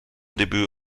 debut